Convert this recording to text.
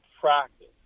practice